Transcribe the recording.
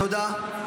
תודה.